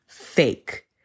fake